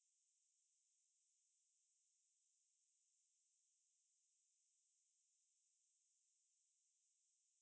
and like uh the it doesn't need to be big like err you you don't need to be the second greta turnberg but you can